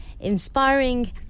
inspiring